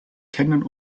kennen